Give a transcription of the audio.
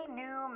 new